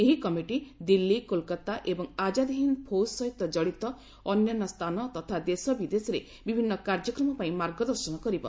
ଏହି କମିଟି ଦିଲ୍ଲୀ କୋଲକାତା ତଥା ନେତାଜୀ ଏବଂ ଆକାନ୍ଦହିନ୍ ଫୌଜ ସହିତ ଜଡିତ ଅନ୍ୟାନ୍ୟ ସ୍ଚାନ ତଥା ବିଦେଶରେ ବିଭିନ୍ କାର୍ଯ୍ୟକ୍ରମ ପାଇଁ ମାର୍ଗଦର୍ଶନ କରିବ